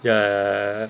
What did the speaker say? ya ya